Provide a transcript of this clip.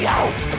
out